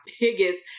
biggest